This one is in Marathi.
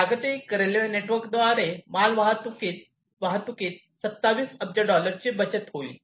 जागतिक रेल्वे नेटवर्कद्वारे मालवाहतूक वाहतुकीत 27 अब्ज डॉलर्सची बचत होईल